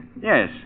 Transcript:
Yes